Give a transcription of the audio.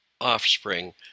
Offspring